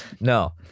No